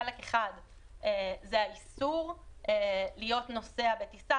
חלק אחד זה האיסור להיות נוסע בטיסה,